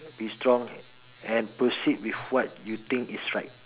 be strong and proceed with what you think is right